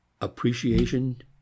appreciation